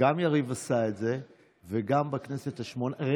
גם יריב עשה את זה וגם בכנסת השמונה-עשרה.